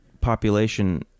population